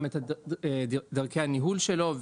גם את דרכי הניהול שלו,